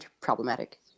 problematic